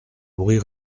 bruit